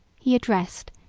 he addressed,